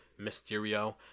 Mysterio